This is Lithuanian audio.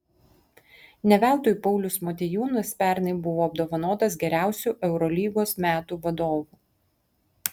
ne veltui paulius motiejūnas pernai buvo apdovanotas geriausiu eurolygos metų vadovu